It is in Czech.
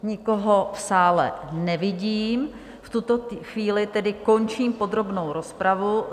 Nikoho v sále nevidím, v tuto chvíli tedy končím podrobnou rozpravu.